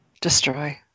destroy